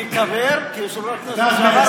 כיושב-ראש הכנסת לשעבר,